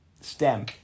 Stem